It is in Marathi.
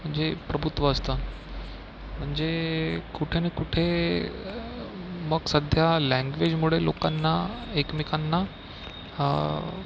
जे प्रभुत्व असतं म्हणजे कुठे ना कुठे मग सध्या लँग्वेजमुळे लोकांना एकमेकांना